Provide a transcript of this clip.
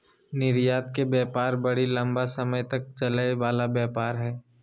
निर्यात के व्यापार बड़ी लम्बा समय तक चलय वला व्यापार हइ